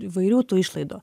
įvairių tų išlaidų